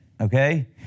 Okay